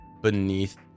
beneath